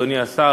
אדוני השר,